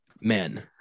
Men